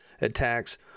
attacks